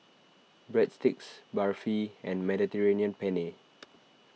Breadsticks Barfi and Mediterranean Penne